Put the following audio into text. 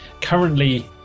currently